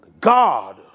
God